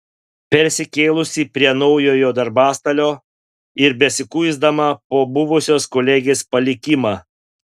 persikėlusi prie naujo darbastalio ir besikuisdama po buvusios kolegės palikimą